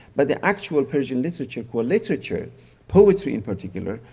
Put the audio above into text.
but the actual persian literature called literature poetry in particular,